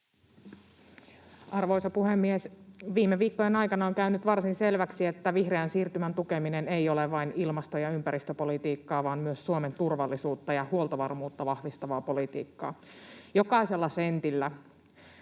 Arvoisa puhemies! Viime viikkojen aikana on käynyt varsin selväksi, että vihreän siirtymän tukeminen ei ole vain ilmasto- ja ympäristöpolitiikkaa vaan myös Suomen turvallisuutta ja huoltovarmuutta vahvistavaa politiikkaa. Jokaisella sentillä,